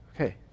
Okay